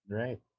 right